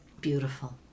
Beautiful